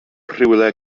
rhywle